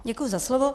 Děkuji za slovo.